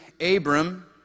Abram